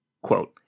Quote